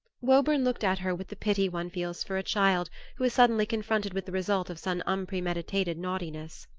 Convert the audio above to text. woburn looked at her with the pity one feels for a child who is suddenly confronted with the result of some unpremeditated naughtiness.